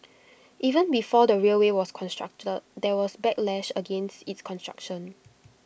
even before the railway was constructed there was backlash against its construction